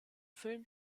film